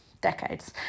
decades